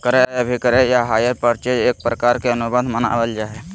क्रय अभिक्रय या हायर परचेज एक प्रकार के अनुबंध मानल जा हय